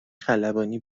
خلبانی